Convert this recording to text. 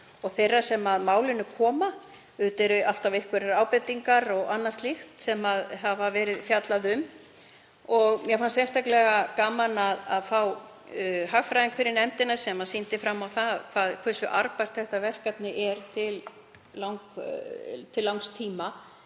og annarra sem að málinu koma. Auðvitað eru alltaf einhverjar ábendingar og annað slíkt sem hefur verið fjallað um. Mér fannst sérstaklega gaman að fá hagfræðing fyrir nefndina sem sýndi fram á það hversu arðbært þetta verkefni er til langs tíma